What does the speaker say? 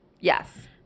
Yes